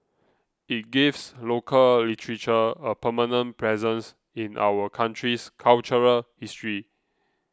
it gives local literature a permanent presence in our country's cultural history